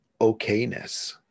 okayness